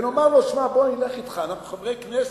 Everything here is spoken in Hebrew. ונאמר לו: שמע, בוא נלך אתך, אנחנו חברי כנסת,